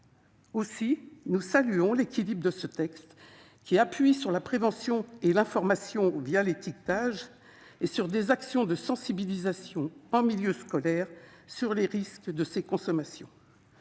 Aussi, nous saluons l'équilibre de ce texte, qui appuie sur la prévention et l'information, l'étiquetage, et sur des actions de sensibilisation en milieu scolaire sur les risques de ces consommations.